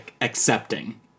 accepting